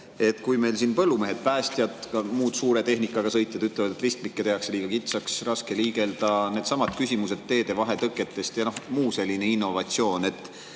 rollis. Meil põllumehed, päästjad, muud suure tehnikaga sõitjad ütlevad, et ristmikud tehakse liiga kitsaks, raske liigelda, needsamad küsimused teede vahetõketest ja muu selline innovatsioon.